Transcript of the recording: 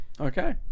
Okay